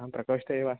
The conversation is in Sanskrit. आं प्रकोष्ठे एव